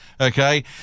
Okay